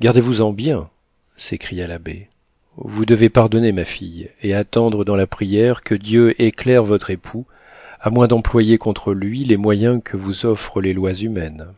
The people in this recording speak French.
gardez-vous-en bien s'écria l'abbé vous devez pardonner ma fille et attendre dans la prière que dieu éclaire votre époux à moins d'employer contre lui les moyens que vous offrent les lois humaines